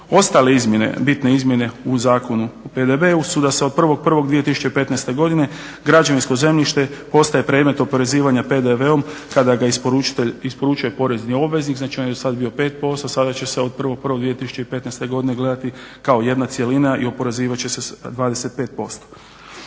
Ostale bitne izmjene u Zakonu o PDV-u su da se od 1.1.2015.godine građevinsko zemljište postaje predmet oporezivanja PDV-om kada ga isporučitelj isporučuje porezni obveznik. Znači on je do sad bio 5%, sada će od 1.1.2015.godine gledati kao jedna cjelina i oporezivat će se sa